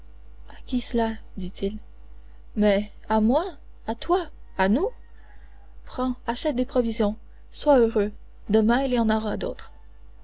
à qui cela dit-il mais à moi à toi à nous prends achète des provisions sois heureux demain il y en a d'autres